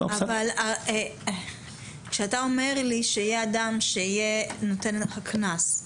אבל כשאתה אומר לי שיהיה אדם שנותן לך קנס,